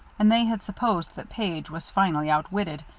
and they had supposed that page was finally outwitted,